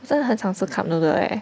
现在很少吃 cup noodle leh